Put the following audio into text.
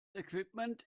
equipment